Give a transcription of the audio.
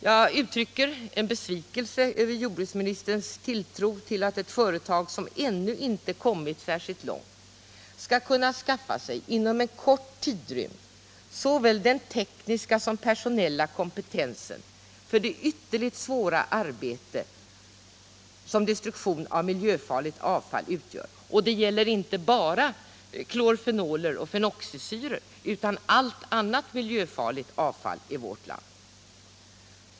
Jag uttrycker min besvikelse över jordbruksministerns tilltro till att ett företag, som ännu inte kommit särskilt långt, inom en kort tidrymd skall kunna skaffa sig såväl den tekniska som den personella kompetensen för det ytterligt svåra arbete som destruktion av miljöfarligt avfall utgör. Det gäller inte bara klorfenoler och fenoxisyror utan allt annat miljöfarligt avfall i vårt land.